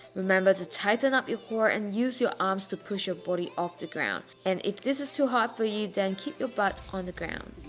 remember to tighten up your core and use your arms to push your body off the ground and if this is too hard for you then keep your butt on the ground.